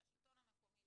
זה השלטון המקומי,